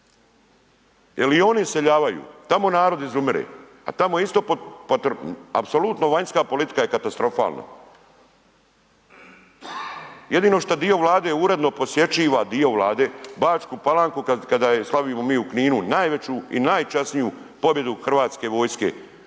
jer i oni iseljavaju, tamo narod izumire, a tamo isto apsolutno vanjska politika je katastrofalna. Jedino što dio Vlade uredno posjećuje, dio Vlade Bačku Palanku kada je slavimo mi u Kninu najveću i najčasniju pobjedu hrvatske vojske.